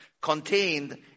contained